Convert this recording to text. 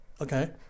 Okay